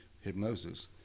hypnosis